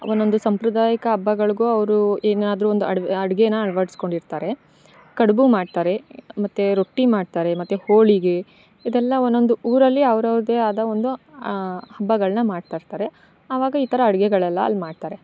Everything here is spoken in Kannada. ಒನೊಂದು ಸಾಂಪ್ರದಾಯಿಕ ಹಬ್ಬಗಳ್ಗುಅವರು ಏನಾದರು ಒಂದು ಆಡ್ವೆ ಅಡ್ಗೇ ಅಳ್ವಡಿಸ್ಕೊಂಡ್ ಇರ್ತಾರೆ ಕಡುಬು ಮಾಡ್ತಾರೆ ಮತ್ತು ರೊಟ್ಟಿ ಮಾಡ್ತಾರೆ ಮತ್ತು ಹೋಳಿಗೆ ಇದೆಲ್ಲ ಒನೊಂದು ಊರಲ್ಲಿ ಅವ್ರ ಅವ್ರದ್ದೆ ಆದ ಒಂದು ಹಬ್ಬಗಳನ್ನ ಮಾಡ್ತಾಯಿರ್ತರೆ ಆವಾಗ ಈ ಥರ ಅಡುಗೆಗಳೆಲ್ಲ ಅಲ್ಲಿ ಮಾಡ್ತಾರೆ